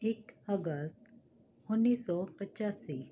ਇੱਕ ਅਗਸਤ ਉੱਨੀ ਸੌ ਪਚਾਸੀ